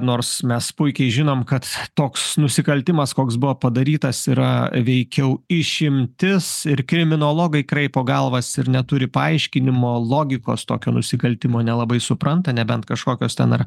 nors mes puikiai žinom kad toks nusikaltimas koks buvo padarytas yra veikiau išimtis ir kriminologai kraipo galvas ir neturi paaiškinimo logikos tokio nusikaltimo nelabai supranta nebent kažkokios ten ar